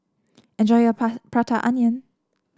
enjoy your Prata Onion